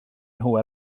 nhw